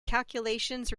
calculations